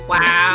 Wow